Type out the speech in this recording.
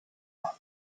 run